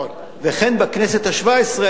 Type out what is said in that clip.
וכן בכנסת השבע-עשרה,